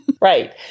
Right